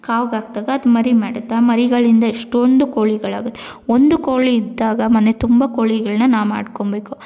ಕಾವ್ಗೆ ಹಾಕ್ದಾಗ ಅದು ಮರಿ ಮಾಡುತ್ತೆ ಆ ಮರಿಗಳಿಂದ ಎಷ್ಟೊಂದು ಕೋಳಿಗಳಾಗತ್ತೆ ಒಂದು ಕೋಳಿ ಇದ್ದಾಗ ಮನೆ ತುಂಬ ಕೋಳಿಗಳನ್ನ ನಾ ಮಾಡ್ಕೊಬೇಕು